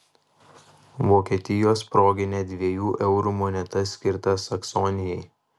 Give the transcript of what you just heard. vokietijos proginė dviejų eurų moneta skirta saksonijai